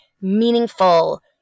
meaningful